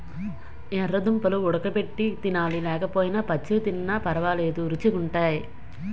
యెర్ర దుంపలు వుడగబెట్టి తినాలి లేకపోయినా పచ్చివి తినిన పరవాలేదు రుచీ గుంటయ్